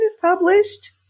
published